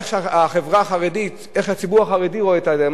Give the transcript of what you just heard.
איך הציבור החרדי רואה את הדברים,